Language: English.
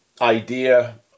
idea